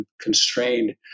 constrained